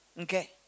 Okay